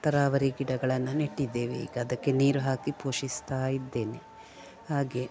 ತರಾವರಿ ಗಿಡಗಳನ್ನು ನೆಟ್ಟಿದ್ದೇವೆ ಈಗ ಅದಕ್ಕೆ ನೀರು ಹಾಕಿ ಪೋಷಿಸ್ತಾ ಇದ್ದೇನೆ ಹಾಗೆ